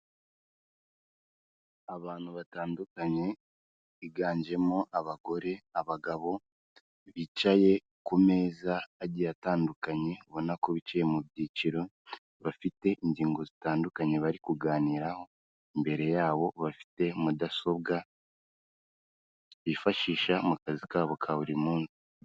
Abantu batandukanye higanjemo abagore abagabo bicaye ku meza agiye atandukanye ubona ko biciye mu byiciro bafite ingingo zitandukanye bari kuganiraho imbere yabo bafite mudasobwa bifashisha mu kazi kabo ka buri munsi.